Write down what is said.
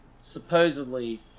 supposedly